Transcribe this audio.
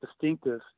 distinctive